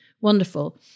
wonderful